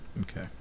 Okay